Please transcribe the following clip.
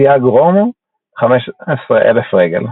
סייג רום 15,000 רגל